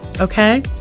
okay